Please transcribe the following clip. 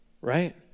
Right